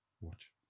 watch